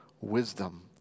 wisdom